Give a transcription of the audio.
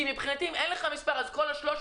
כי מבחינתי אם אין לך מספר אז כל ה-300